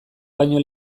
baino